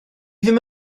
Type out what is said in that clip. ddim